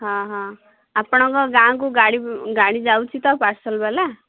ହଁ ହଁ ଆପଣଙ୍କ ଗାଁକୁ ଗାଡ଼ି ଗାଡ଼ି ଯାଉଛି ତ ପାର୍ସଲ ବାଲା